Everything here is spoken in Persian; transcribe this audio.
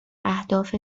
اهداف